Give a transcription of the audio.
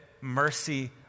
mercy